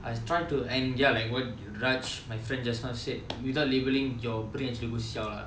I tried to end ya like what raj my friend just now said without labelling your brain actually go siao lah